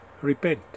Repent